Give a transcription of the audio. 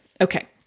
okay